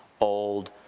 old